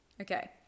Okay